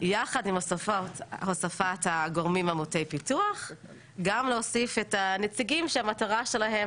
יחד עם הוספת הגורמים מוטי פיתוח גם להוסיף את הנציגים שהמטרה שלהם,